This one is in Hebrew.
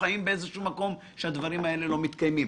חיים באיזה שהוא מקום שהדברים האלה לא מתקיימים.